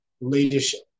leadership